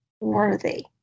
worthy